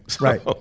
Right